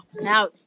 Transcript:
now